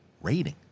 rating